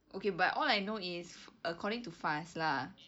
okay but all I know is according to faz lah